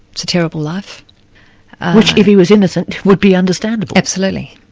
it's a terrible life'. which if he was innocent, would be understandable. absolutely.